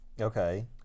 Okay